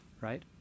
right